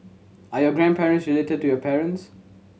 are your grandparents related to your parents